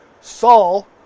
Saul